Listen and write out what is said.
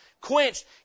quenched